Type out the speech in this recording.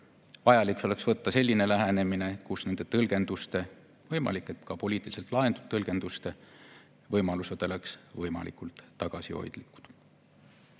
Vajalik oleks selline lähenemine, kus nende tõlgenduste, võimalik, et ka poliitiliselt lahendatud tõlgenduste võimalused oleks võimalikult tagasihoidlikud. Teine